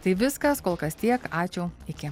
tai viskas kol kas tiek ačiū iki